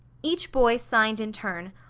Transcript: each boy signed in turn,